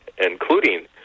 including